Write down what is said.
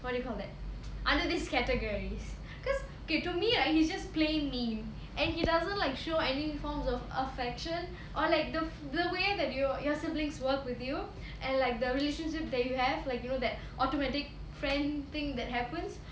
what do you call that under this categories cause you to me lah he's just plain mean and he doesn't like show any forms of affection or like the the way that you know your siblings work with you and like the relationship that you have like you know that automatic friend thing that happens